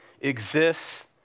exists